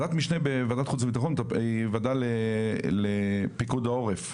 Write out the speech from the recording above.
ועדת משנה בוועדת חוץ וביטחון היא ועדה לפיקוד העורף,